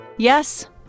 Yes